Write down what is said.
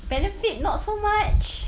Benefit not so much